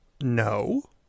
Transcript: no